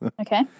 Okay